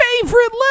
favorite